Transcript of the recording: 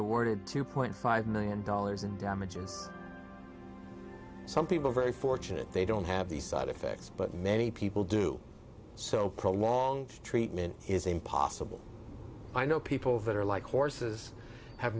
awarded two point five million dollars in damages some people are very fortunate they don't have these side effects but many people do so prolonged treatment is impossible i know people that are like horses have